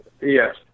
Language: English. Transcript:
Yes